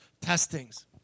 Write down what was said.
testings